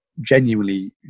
genuinely